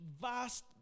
vast